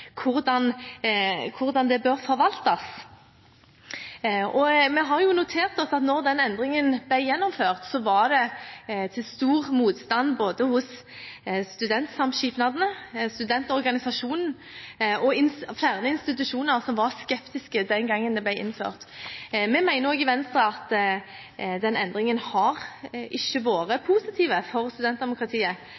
hvordan det bør forvaltes. Vi har notert oss at da den endringen ble gjennomført, var det til stor motstand både fra studentsamskipnadene, studentorganisasjonene og flere institusjoner, som var skeptiske den gangen det ble innført. Vi mener også i Venstre at denne endringen ikke har vært positiv for studentdemokratiet